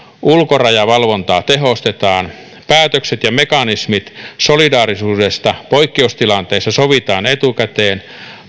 ulkorajavalvontaa tehostetaan päätökset ja mekanismit solidaarisuudesta poikkeustilanteissa sovitaan etukäteen